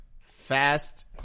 Fast